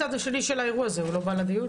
הוא הצד השני של האירוע הזה והוא לא בא לדיון?